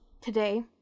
today